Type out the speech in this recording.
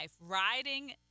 Riding